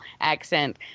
accent